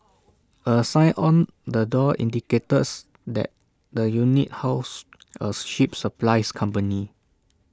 A sign on the door indicates that the unit housed A ship supplies company